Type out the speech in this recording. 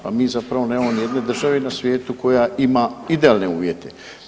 Pa mi zapravo nemamo ni u jednoj državi na svijetu koja ima idealne uvjete.